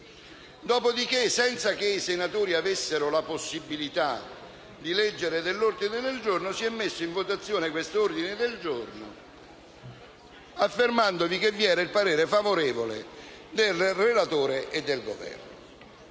Dopodiché, senza che i senatori avessero la possibilità di leggere l'ordine del giorno, lo si è messo in votazione affermando che vi era il parere favorevole del relatore e del Governo.